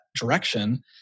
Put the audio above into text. direction